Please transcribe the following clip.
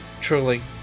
truly